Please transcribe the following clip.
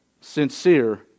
sincere